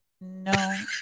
No